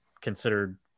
considered